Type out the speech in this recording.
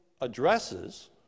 addresses